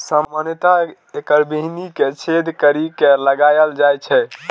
सामान्यतः एकर बीहनि कें छेद करि के लगाएल जाइ छै